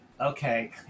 okay